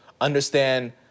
understand